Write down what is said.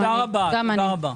תודה רבה.